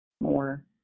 more